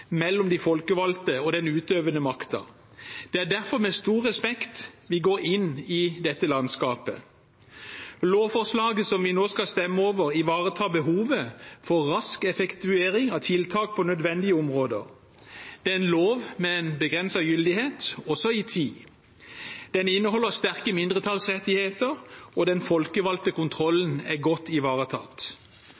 mellom de folkevalgte og den utøvende makten. Det er derfor med stor respekt vi går inn i dette landskapet. Lovforslaget som vi nå skal stemme over, ivaretar behovet for rask effektuering av tiltak på nødvendige områder. Det er en lov med en begrenset gyldighet, også i tid. Den inneholder sterke mindretallsrettigheter, og den folkevalgte